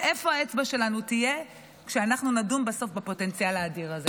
ואיפה האצבע שלנו תהיה כשנדון בסוף בפוטנציאל האדיר הזה?